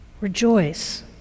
rejoice